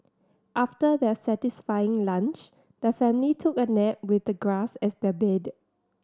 after their satisfying lunch the family took a nap with the grass as their bed